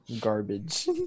garbage